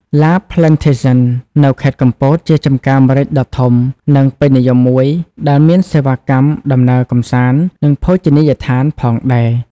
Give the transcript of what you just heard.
La Plantation នៅខេត្តកំពតជាចម្ការម្រេចដ៏ធំ និងពេញនិយមមួយ ដែលមានសេវាកម្មដំណើរកម្សាន្ត និងភោជនីយដ្ឋានផងដែរ ។